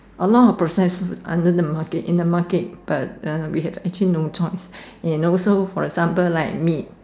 a lot of processed food under the market in the market but uh we have actually no choice and also for example like meat